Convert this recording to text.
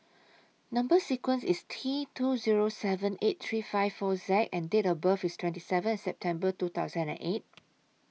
Number sequence IS T two Zero seven eight three five four Z and Date of birth IS twenty seven September two thousand and eight